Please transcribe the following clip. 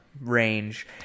range